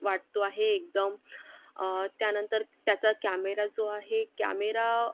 वाटतो आहे एकदम त्यानंतर त्याचा कॅमेरा जो आहे कॅमेरा